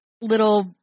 little